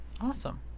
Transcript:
Awesome